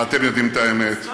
ואתם יודעים את האמת,